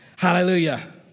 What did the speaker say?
Hallelujah